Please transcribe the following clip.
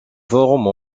forme